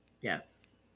Yes